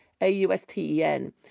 A-U-S-T-E-N